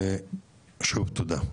שוב, תודה.